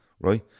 right